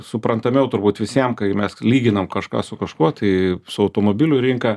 suprantamiau turbūt visiem kai mes lyginam kažką su kažkuo tai su automobilių rinka